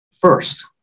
First